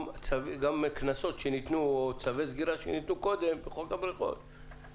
גם קנסות או צווי סגירה שניתנו קודם, בטלים.